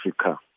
Africa